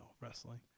Wrestling